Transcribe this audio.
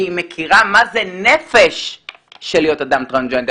כי היא מכירה מה זה נפש של להיות אדם טרנסג'נדר.